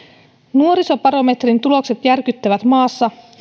nuorisobarometrin tulokset järkyttävät maassa